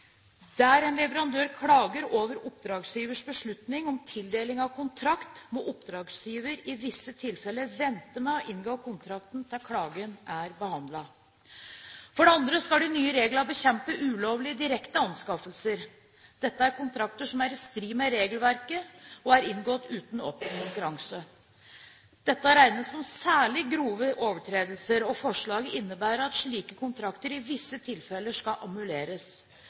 Der en leverandør klager over oppdragsgivers beslutning om tildeling av kontrakt, må oppdragsgiver i visse tilfeller vente med å inngå kontrakten til klagen er behandlet. For det andre skal de nye reglene bekjempe ulovlige direkte anskaffelser. Dette er kontrakter som i strid med regelverket er inngått uten åpen konkurranse. Dette regnes som særlig grove overtredelser, og forslaget innebærer at slike kontrakter i visse tilfeller skal